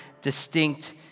distinct